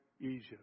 Egypt